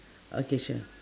okay sure